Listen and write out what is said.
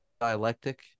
dialectic